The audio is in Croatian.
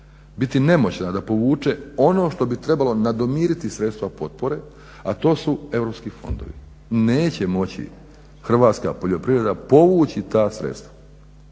biti nemoćna da povuče ono što bi trebalo nadomiriti sredstva potpore a to su europski fondovi. Neće moći hrvatska poljoprivreda povući ta sredstva.